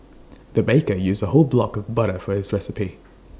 the baker used A whole block of butter for this recipe